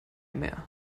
mehr